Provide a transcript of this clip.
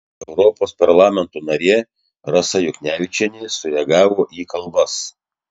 europos parlamento narė rasa juknevičienė sureagavo į kalbas